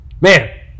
man